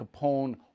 Capone